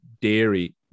dairy